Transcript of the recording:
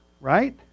right